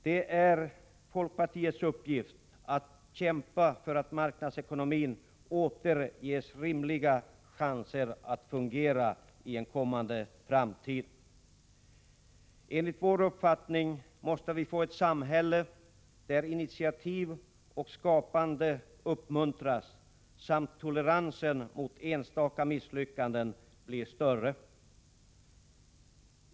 Det är folkpartiets uppgift att kämpa för att marknadsekonomin åter ges rimliga chanser att fungera i framtiden. Enligt vår uppfattning måste vi få ett samhälle där initiativ och skapande uppmuntras samt toleransen inför enstaka misslyckanden blir större.